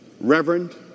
Reverend